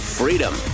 freedom